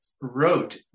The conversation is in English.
wrote